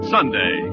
Sunday